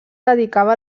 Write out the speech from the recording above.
dedicava